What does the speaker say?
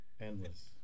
endless